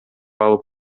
алып